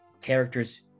characters